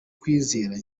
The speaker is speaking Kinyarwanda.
kwizera